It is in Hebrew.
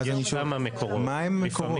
אז אני שואל, מה הם המקורות?